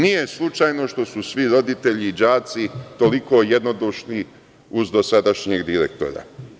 Nije slučajno što su svi roditelji i đaci toliko jednodušni uz dosadašnjeg direktora.